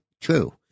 true